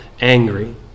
angry